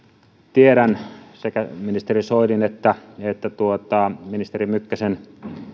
tiedän sekä ministeri soinin että että ministeri mykkäsen